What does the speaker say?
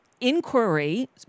inquiry